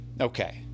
Okay